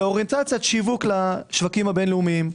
באוריינטציית שיווק לשווקים הבין-לאומיים.